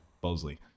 Bosley